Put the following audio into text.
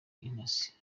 intasi